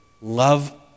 love